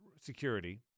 security